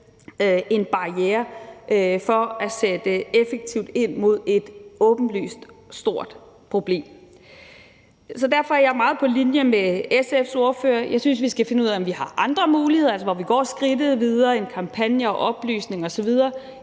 en barriere for at sætte effektivt ind mod et åbenlyst stort problem. Derfor er jeg meget på linje med SF's ordfører. Jeg synes, at vi skal finde ud af, om vi har andre muligheder, altså hvor vi går skridtet videre end kampagner, oplysning osv.